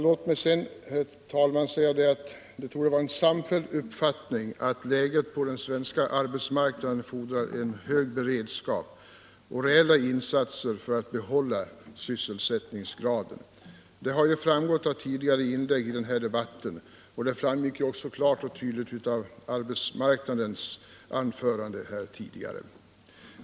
Låt mig säga att det torde vara en samfälld uppfattning att läget på den svenska arbetsmarknaden fordrar en hög beredskap och reella insatser för att behålla sysselsättningsgraden. Detta har framgått av tidigare inlägg i debatten - bl.a. klart och tydligt av arbetsmarknadsministerns anförande.